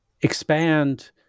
expand